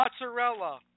Mozzarella